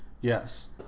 Yes